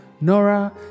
Nora